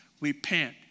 repent